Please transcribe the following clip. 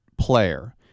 player